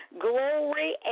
Glory